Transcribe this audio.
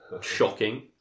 Shocking